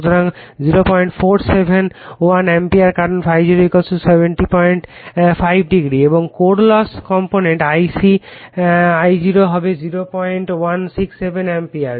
সুতরাং 0471 অ্যাম্পিয়ার কারণ ∅0 705o এবং core loss component Ic Io হবে 0167 অ্যাম্পিয়ার